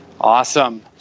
Awesome